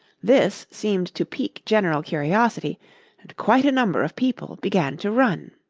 this seemed to pique general curiosity, and quite a number of people began to run.